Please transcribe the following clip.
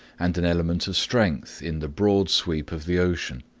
and an element of strength in the broad sweep of the ocean.